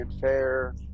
fair